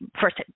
first